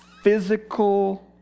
physical